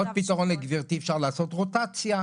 אז יש עוד פתרון לגברתי, אפשר לעשות רוטציה.